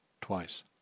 twice